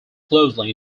closely